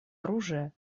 оружия